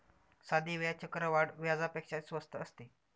साधे व्याज चक्रवाढ व्याजापेक्षा स्वस्त असते